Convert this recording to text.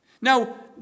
Now